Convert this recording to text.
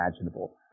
imaginable